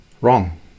Wrong